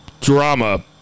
drama